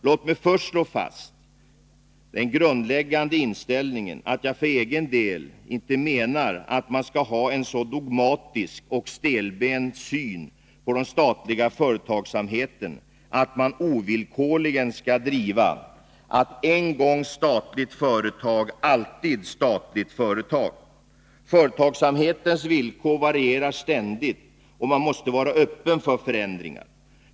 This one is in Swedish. Låt mig först slå fast den grundläggande inställningen att jag för egen del inte menar att man skall ha en så dogmatisk och stelbent syn på den statliga företagsamheten att man ovillkorligen skall driva tesen: En gång statligt företag, alltid statligt företag. Företagsamhetens villkor varierar ständigt, och man måste vara öppen för förändringar.